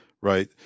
right